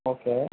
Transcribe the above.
okay